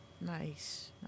Nice